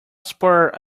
spur